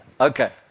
okay